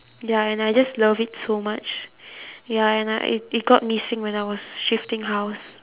ya and I just love it so much ya and uh it it got missing when I was shifting house